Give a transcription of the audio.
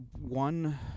One